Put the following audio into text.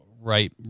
right